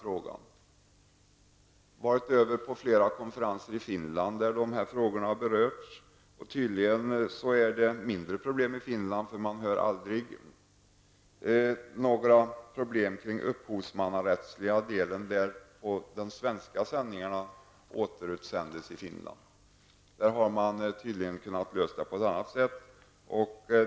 Jag har deltagit i flera konferenser i Finland där dessa frågor har berörts. Tydligen är problemen färre i Finland. Man hör aldrig talas om några problem kring den upphovsmannarättsliga delen då de svenska sändningarna återutsänds i Finland. Där har man tydligen kunnat lösa det problemet på annat sätt.